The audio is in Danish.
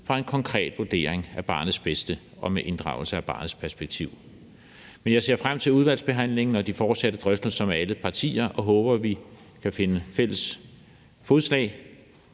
fra en konkret vurdering af barnets bedste og med inddragelse af barnets perspektiv. Jeg ser frem til udvalgsbehandlingen og de fortsatte drøftelser med alle partier og håber, at vi kan findes fælles fodslag